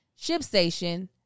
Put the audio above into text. ShipStation